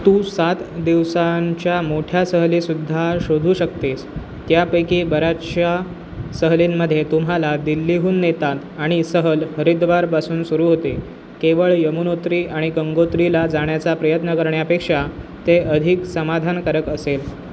तू सात दिवसांच्या मोठ्या सहलीसुद्धा शोधू शकतेस त्यापैकी बऱ्याचशा सहलींमध्ये तुम्हाला दिल्लीहून नेतात आणि सहल हरिद्वारपासून सुरू होते केवळ यमुनोत्री आणि गंगोत्रीला जाण्याचा प्रयत्न करण्यापेक्षा ते अधिक समाधानकारक असेल